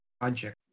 project